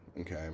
okay